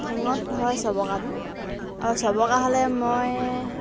ঠেঙত হয় চবকাটো আৰু চবকা হ'লে মই